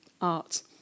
art